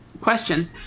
question